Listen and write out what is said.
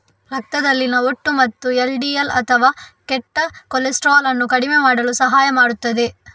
ರಕ್ತದಲ್ಲಿನ ಒಟ್ಟು ಮತ್ತು ಎಲ್.ಡಿ.ಎಲ್ ಅಥವಾ ಕೆಟ್ಟ ಕೊಲೆಸ್ಟ್ರಾಲ್ ಅನ್ನು ಕಡಿಮೆ ಮಾಡಲು ಸಹಾಯ ಮಾಡುತ್ತದೆ